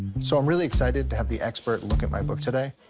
so i'm really excited to have the expert look at my book today.